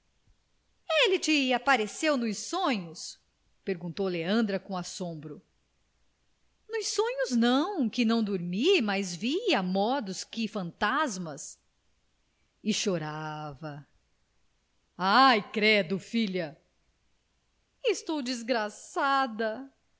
noite ele te apareceu nos sonhos perguntou leandra com assombro nos sonhos não que não dormi mas vi a modos que fantasmas e chorava ai credo filha estou desgraçada